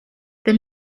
but